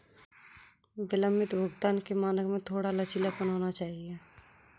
विलंबित भुगतान के मानक में थोड़ा लचीलापन होना चाहिए